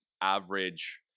average